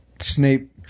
Snape